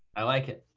i like it.